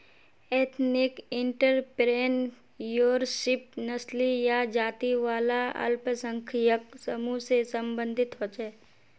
ethnic entrepreneurship नस्ली या जाती वाला अल्पसंख्यक समूह से सम्बंधित होछे